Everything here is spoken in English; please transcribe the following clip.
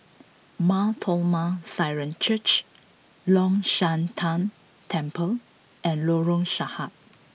Mar Thoma Syrian Church Long Shan Tang Temple and Lorong Sahad